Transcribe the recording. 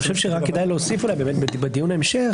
אני חושב שאולי כדאי להוסיף בדיון המשך,